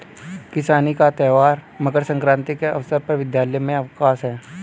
किसानी का त्यौहार मकर सक्रांति के अवसर पर विद्यालय में अवकाश है